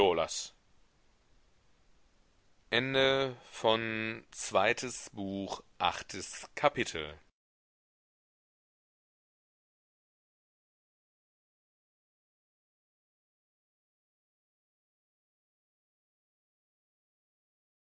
zweites buch erstes kapitel